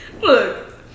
Look